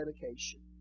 dedication